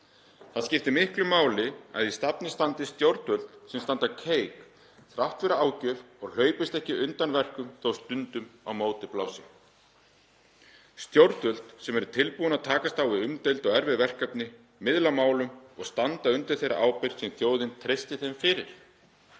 Það skiptir miklu máli að í stafni standi stjórnvöld sem standa keik þrátt fyrir ágjöf og hlaupist ekki undan verkum þótt á móti blási stundum, stjórnvöld sem eru tilbúin að takast á við umdeild og erfið verkefni, miðla málum og standa undir þeirri ábyrgð sem þjóðin treysti þeim fyrir.